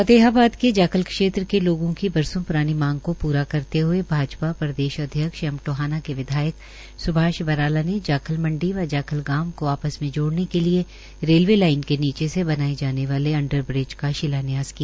फतेहाबाद के जाखल क्षेत्र के लोगों की बरसो प्रानी मांग को पूरा करते हए भाजपा प्रदेशाध्यक्ष एवं टोहाना के विधायक सुभाष बराला ने जाखल मंडल व जाखल गांव को आपस में जोड़ने के लिए रेलवे लाइन के नीचे से बनाए जाने वाले अंडरब्रिज का शिलान्यास किया